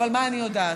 אבל מה אני יודעת?